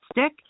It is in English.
Stick